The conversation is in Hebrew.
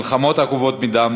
במלחמות עקובות מדם,